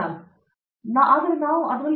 ಅರಂದಾಮ ಸಿಂಗ್ ಹೌದು ಹಣಕಾಸು